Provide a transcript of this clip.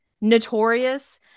notorious